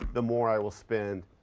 the more i will spend,